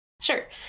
Sure